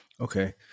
Okay